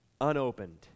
unopened